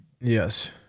Yes